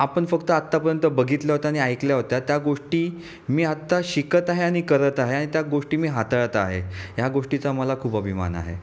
आपण फक्त आतापर्यंत बघितलं होतं आणि ऐकल्या होत्या त्या गोष्टी मी आत्ता शिकत आहे आणि करत आहे आणि त्या गोष्टी मी हाताळत आहे ह्या गोष्टीचा मला खूप अभिमान आहे